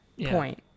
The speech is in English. Point